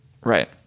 Right